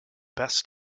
best